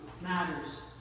matters